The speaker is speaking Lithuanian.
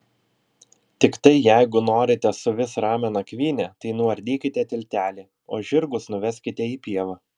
tiktai jeigu norite suvis ramią nakvynę tai nuardykite tiltelį o žirgus nuveskite į pievą